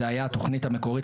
זו הייתה התכנית המקורית,